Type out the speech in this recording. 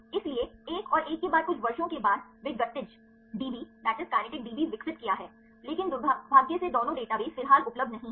इसलिए एक और एक के बाद कुछ वर्षों के बाद वे गतिज DB विकसित किया है लेकिन दुर्भाग्य से दोनों डेटाबेस फिलहाल उपलब्ध नहीं हैं